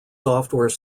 software